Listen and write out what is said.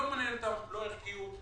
לא מעניינים אותם ערכיות,